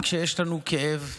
רק כשיש לנו כאב?